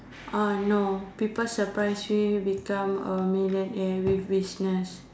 oh no people surprise me with becoming a millionaire with business